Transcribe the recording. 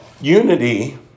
unity